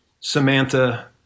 Samantha